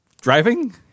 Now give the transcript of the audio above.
driving